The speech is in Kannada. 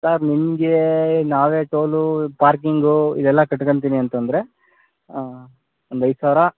ಸಾರ್ ನಿಮಗೆ ನಾವೇ ಟೋಲು ಪಾರ್ಕಿಂಗು ಇವೆಲ್ಲ ಕಟ್ಕೊತಿನಿ ಅಂತಂದರೆ ಒಂದು ಐದು ಸಾವಿರ